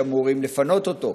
שאמורים לפנות אותו.